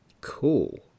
Cool